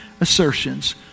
assertions